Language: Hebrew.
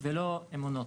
ולא אמונות.